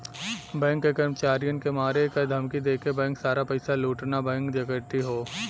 bank के कर्मचारियन के मारे क धमकी देके बैंक सारा पइसा लूटना बैंक डकैती हौ